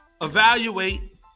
evaluate